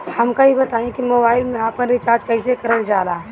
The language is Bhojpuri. हमका ई बताई कि मोबाईल में आपन रिचार्ज कईसे करल जाला?